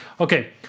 okay